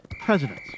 presidents